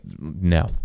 no